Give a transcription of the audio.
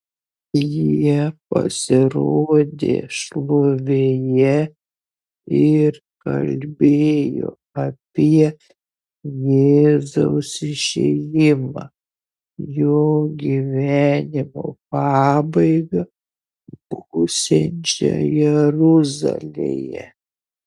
jie pasirodė šlovėje ir kalbėjo apie jėzaus išėjimą jo gyvenimo pabaigą būsiančią jeruzalėje